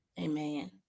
Amen